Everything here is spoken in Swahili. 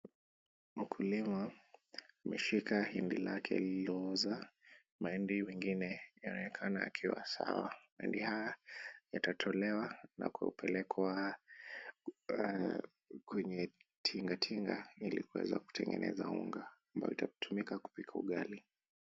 Mkulima ameshika hindi lake lililooza, mahindi mengine yanaonekana yakiwa sawa. Mahindi haya yatatolewa na kupelekwa kwenye tinga tinga ili kuweza kutengeneza unga ambayo itatumika kupika ugali.